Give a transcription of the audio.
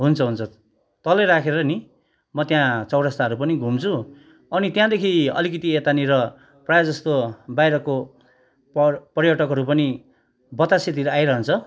हुन्छ हुन्छ तलै राखेर नि म त्यहाँ चौरास्ताहरू पनि घुम्छु अनि त्यहाँदेखि अलिकति यतानिर प्राय जस्तो बाहिरको पर पर्यटकहरू पनि बतासेतिर आइरहन्छ